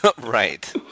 Right